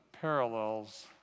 parallels